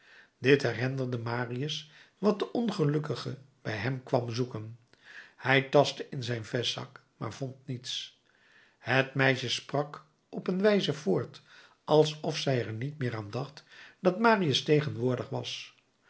dit herinnerde marius wat de ongelukkige bij hem kwam zoeken hij tastte in zijn vestzak maar vond niets het meisje sprak op een wijze voort alsof zij er niet meer aan dacht dat marius tegenwoordig was